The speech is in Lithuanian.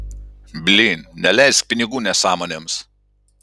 blyn neleisk pinigų nesąmonėms